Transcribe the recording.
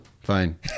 Fine